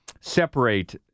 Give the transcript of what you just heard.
separate